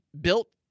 built